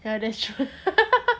yeah that's true